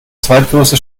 zweitgrößte